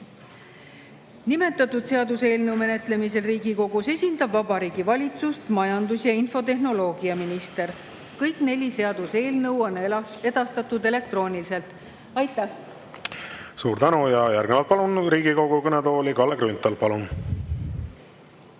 Nimetatud seaduseelnõu menetlemisel Riigikogus esindab Vabariigi Valitsust majandus- ja infotehnoloogiaminister. Kõik neli seaduseelnõu on edastatud elektrooniliselt. Aitäh! Suur tänu! Järgnevalt palun Riigikogu kõnetooli Kalle Grünthali. Palun!